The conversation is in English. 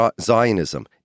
Zionism